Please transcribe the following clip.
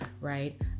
right